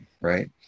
Right